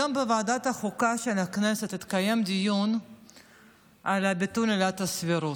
היום בוועדת החוקה של הכנסת התקיים דיון על ביטול עילת הסבירות.